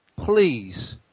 Please